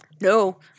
No